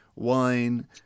Wine